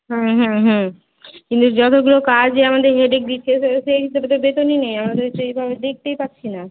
হুম হুম হুম কিন্তু যতগুলো কাজই আমাদের হেড এক দিচ্ছে তো সেই হিসেবে তো বেতনই নেই আমরা তো সেইভাবে দেখতেই পাচ্ছি না